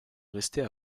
rester